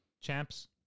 Champs